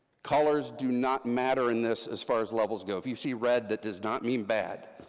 colors do not matter in this, as far as levels go. if you see red, that does not mean bad,